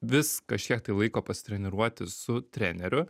vis kažkiek tai laiko pasitreniruoti su treneriu